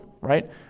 right